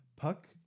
Puck